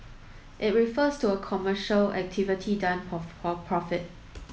it refers to a commercial activity done for profit